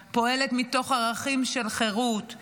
פועלת מתוך ערכים של חירות,